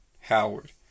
Howard